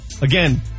Again